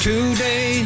Today